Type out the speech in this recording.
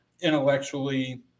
intellectually